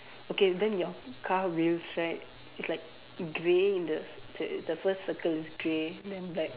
okay then your car wheels right it's like grey in the the the first circle is grey then like